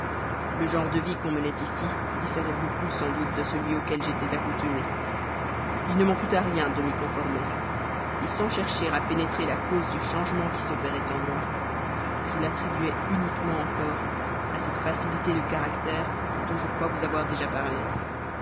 le genre de vie qu'on menait ici différait beaucoup sans doute de celui auquel j'étais accoutumé il ne m'en coûta rien de m'y conformer sans chercher à pénétrer la cause du changement qui s'opérait en moi je l'attribuais uniquement encore à cette facilité de caractère dont je crois vous avoir déjà parlé